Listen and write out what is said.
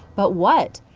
but what?